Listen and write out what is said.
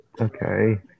Okay